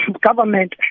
government